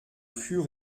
fur